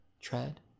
tread